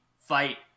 fight